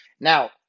Now